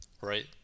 Right